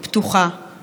שוחרת שלום,